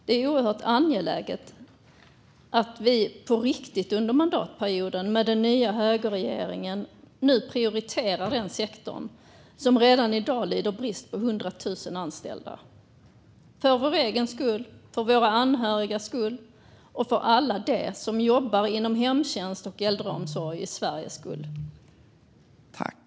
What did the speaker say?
Det är oerhört angeläget att vi under mandatperioden - med den nya högerregeringen - prioriterar denna sektor, som redan i dag lider brist på 100 000 anställda. Det är angeläget för oss själva, för våra anhöriga och för alla som jobbar inom hemtjänsten och äldreomsorgen i Sverige.